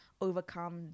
overcome